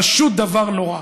פשוט דבר נורא.